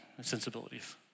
sensibilities